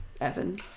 Evan